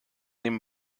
dem